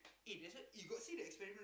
eh that's one you got see the experiment